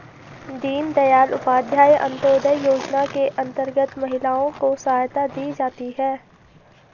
दीनदयाल उपाध्याय अंतोदय योजना के अंतर्गत महिलाओं को सहायता दी जाती है